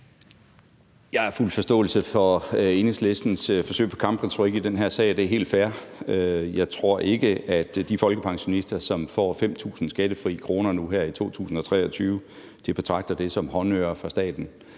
Jeg har fuld forståelse for Enhedslistens forsøg på kampretorik i den her sag, og det er helt fair. Jeg tror ikke, at de folkepensionister, som får 5.000 skattefri kroner nu her i 2023, betragter det som håndører fra staten;